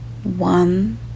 One